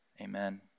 Amen